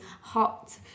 hot